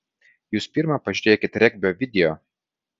jūs pirma pažiūrėkit regbio video